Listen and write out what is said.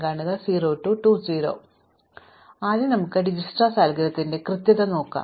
അതിനാൽ ആദ്യം നമുക്ക് ഡിജക്സ്ട്രാ അൽഗോരിത്തിന്റെ കൃത്യത നോക്കാം